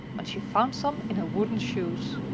when she found some in her wooden shoes!